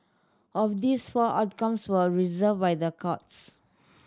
of these four outcomes were reversed by the courts